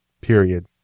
period